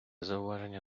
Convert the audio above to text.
зауваження